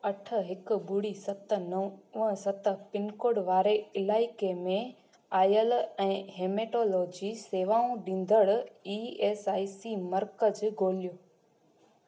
अठ हिकु ॿुड़ी सत नवं सत पिनकोड वारे इलाइक़े में आयल ऐं हेमेटॉलोजी सेवाऊं ॾींदड़ ई एस आई सी मर्कज़ ॻोल्हियो